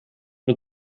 mit